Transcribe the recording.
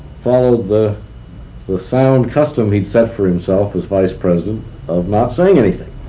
followed the the sound custom he'd set for himself as vice president of not saying anything.